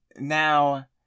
Now